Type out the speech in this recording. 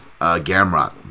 Gamrot